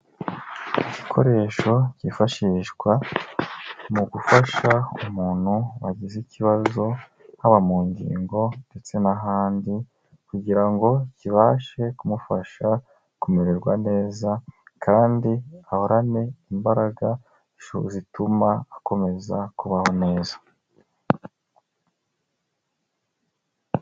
Igikoresho cyifashishwa mu gufasha umuntu wagize ikibazo haba mu ngingo ndetse n'ahandi kugira ngo kibashe kumufasha kumererwa neza, kandi ahorane imbaraga zituma akomeza kubaho neza.